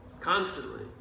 Constantly